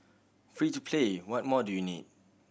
free to play what more do you need